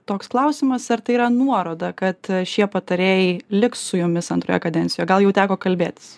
toks klausimas ar tai yra nuoroda kad šie patarėjai liks su jumis antroje kadencijoj gal jau teko kalbėtis